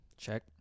Check